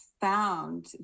found